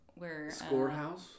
Scorehouse